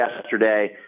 yesterday